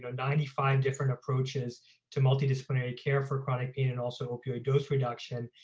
ninety five different approaches to multidisciplinary care for chronic pain and also opioid dose reduction.